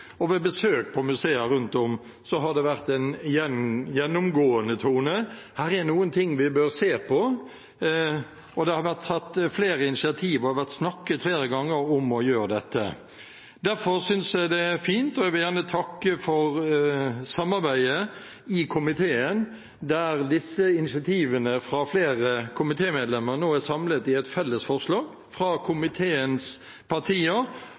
Ved besøk på museer rundt om har det vært en gjennomgående tone: Her er det noe vi bør se på. Det har vært tatt flere initiativ og har vært snakket flere ganger om å gjøre dette. Det synes jeg er fint, og jeg vil gjerne takke for samarbeidet i komiteen der initiativene fra flere komitémedlemmer nå er samlet i et felles forslag fra komiteens partier.